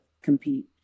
compete